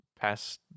past